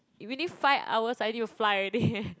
within five hours I need to fly already eh